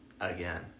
Again